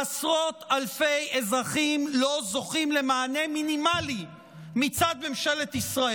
עשרות אלפי אזרחים לא זוכים למענה מינימלי מצד ממשלת ישראל?